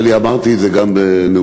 אמרתי את זה גם בנאומי.